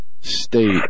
state